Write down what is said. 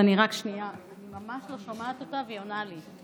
אני ממש לא שומעת אותה, והיא עונה לי.